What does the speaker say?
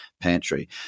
pantry